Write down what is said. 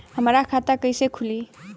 हमार खाता कईसे खुली?